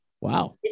wow